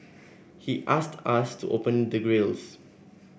he asked us to open the grilles